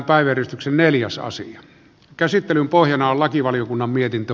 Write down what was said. käsittelyn pohjana on lakivaliokunnan mietintö